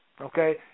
Okay